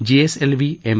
GSLV M